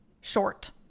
short